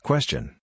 Question